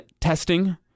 testing